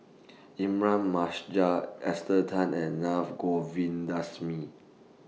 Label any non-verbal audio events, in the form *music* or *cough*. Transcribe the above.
*unintelligible* Esther Tan and Naa *unintelligible* Govindasamy